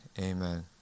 amen